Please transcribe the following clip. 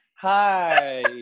Hi